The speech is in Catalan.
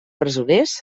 presoners